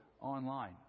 online